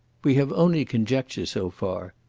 we have only conjectures so far,